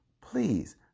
Please